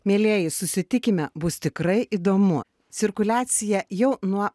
mielieji susitikime bus tikrai įdomu cirkuliacija jau nuo